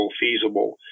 feasible